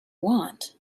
want